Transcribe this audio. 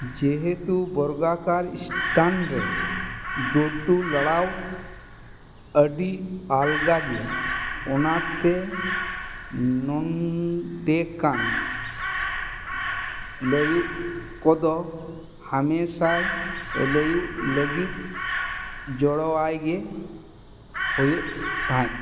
ᱡᱮᱦᱮᱛᱩ ᱵᱚᱨᱜᱟᱠᱟᱨ ᱥᱴᱮᱱᱰ ᱨᱮ ᱫᱚᱨ ᱴᱩ ᱞᱟᱲᱟᱣ ᱟᱹᱰᱤ ᱟᱞᱜᱟ ᱜᱮᱭᱟ ᱚᱱᱟᱛᱮ ᱱᱚᱱᱴᱮᱠ ᱟᱱ ᱵᱟᱹᱭᱩᱜ ᱠᱚᱫᱚ ᱦᱟᱢᱮᱥᱟᱭ ᱞᱟᱹᱭᱚᱜ ᱞᱟᱹᱜᱤᱫ ᱡᱚᱲᱚᱣᱟᱭ ᱜᱮ ᱦᱩᱭᱩᱜ ᱛᱟᱦᱮᱸᱫ